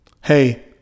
hey